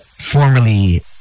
Formerly